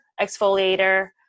exfoliator